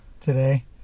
today